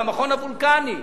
במכון וולקני,